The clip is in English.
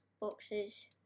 boxes